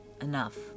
enough